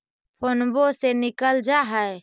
फोनवो से निकल जा है?